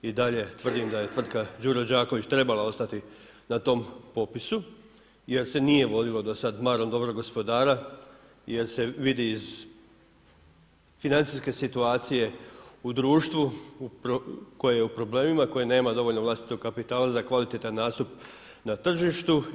I dalje tvrdim da je tvrtka Đuro Đaković trebala ostati na tom popisu, jer se nije vodilo do sad marom dobrog gospodara, jer se vidi iz financijske situacije u društvu koje je u problemima, koje nema dovoljno vlastitog kapitala za kvalitetan nastup na tržištu.